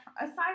aside